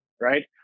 right